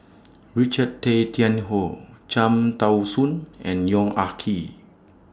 Richard Tay Tian Hoe Cham Tao Soon and Yong Ah Kee